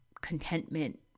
contentment